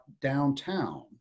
downtown